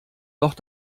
doch